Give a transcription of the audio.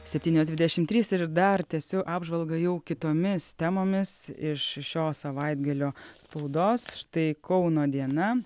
septynios dvidešimt trys ir dar tęsiu apžvalgą jau kitomis temomis iš šio savaitgalio spaudos štai kauno diena